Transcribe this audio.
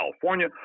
California